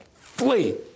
flee